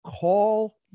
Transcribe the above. Call